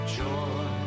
joy